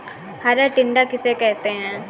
हरा टिड्डा किसे कहते हैं?